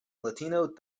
latino